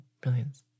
brilliance